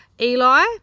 Eli